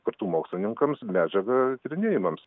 kartų mokslininkams medžiagą tyrinėjimams